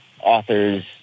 authors